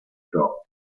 ciò